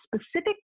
specific